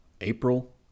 April